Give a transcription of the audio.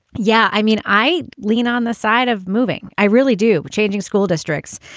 yeah, i mean, i lean on the side of moving. i really do. but changing school districts.